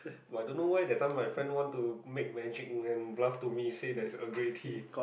but I don't know why that time my friend want to make magic when bluff to me say there's Earl Grey tea